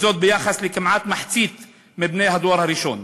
וזאת ביחס לכמעט מחצית מבני הדור הראשון.